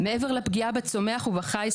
מעבר לפגיעה בצומח ובחי,